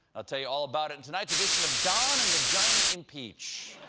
i'll tell you all about it in tonight's edition of don and the giant impeach.